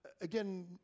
again